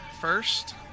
first